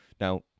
Now